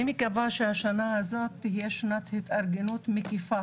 אני מקווה שהשנה הזאת תהיה שנת התארגנות מקיפה